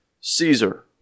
Caesar